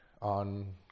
on